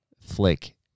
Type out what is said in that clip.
flick